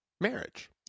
marriage